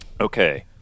Okay